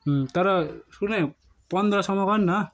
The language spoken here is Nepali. तर सुन् है पन्ध्र सयमा गर् न